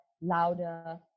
louder